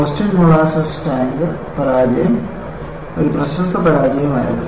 Boston molasses tank പരാജയം ഒരു പ്രശസ്ത പരാജയം ആയിരുന്നു